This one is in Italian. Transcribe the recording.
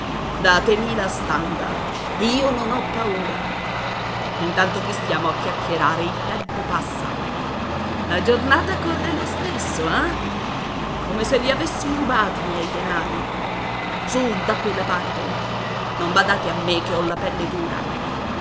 datemi la stanga io non ho paura intanto che stiamo a chiacchierare il tempo passa la giornata corre lo stesso eh come se li avessi rubati i miei denari su da quella parte non badate a me che ho la pelle dura